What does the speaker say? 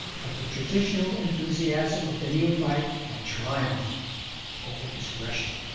but the traditional enthusiasm of the neophyte had triumphed over discretion.